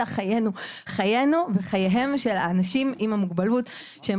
חיינו וחייהם של האנשים עם המוגבלות שהם